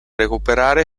recuperare